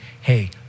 hey